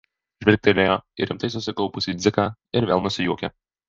žvilgtelėjo į rimtai susikaupusį dziką ir vėl nusijuokė